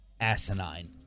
asinine